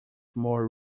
more